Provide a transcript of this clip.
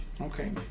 Okay